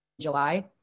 July